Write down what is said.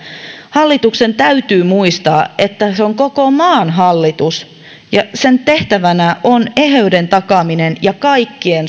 hallituksen täytyy muistaa että se on koko maan hallitus ja sen tehtävänä on eheyden takaaminen ja kaikkien